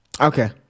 Okay